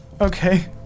Okay